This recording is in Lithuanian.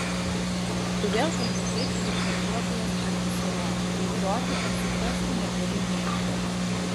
tu vėl kalbi taip kaip kortuotojos burtų salone daug žodžių o suprasti negali nieko